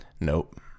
Nope